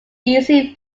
easy